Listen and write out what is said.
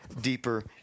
deeper